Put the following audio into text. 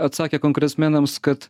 atsakė kongresmenams kad